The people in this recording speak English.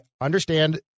understand